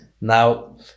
Now